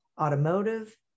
automotive